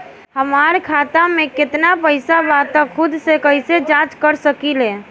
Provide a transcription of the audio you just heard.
हमार खाता में केतना पइसा बा त खुद से कइसे जाँच कर सकी ले?